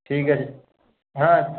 ঠিক আছে হ্যাঁ